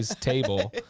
table